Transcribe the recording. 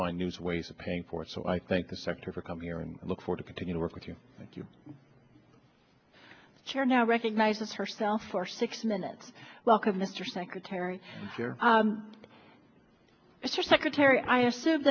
find news ways of paying for it so i think the sector for come here and look for to continue to work with you thank you chair now recognizes herself for sixty minutes welcome mr secretary here mr secretary i assume